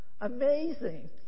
amazing